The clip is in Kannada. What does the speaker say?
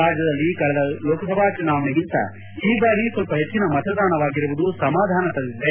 ರಾಜ್ಕದಲ್ಲಿ ಕಳೆದ ಲೋಕಸಭಾ ಚುನಾವಣೆಗಿಂತ ಈ ಬಾರಿ ಸ್ವಲ್ಪ ಹೆಚ್ಚಿನ ಮತದಾನವಾಗಿರುವುದು ಸಮಾಧಾನ ತಂದಿದೆ